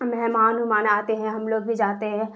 مہمان ومان آتے ہیں ہم لوگ بھی جاتے ہے